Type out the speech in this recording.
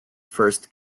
first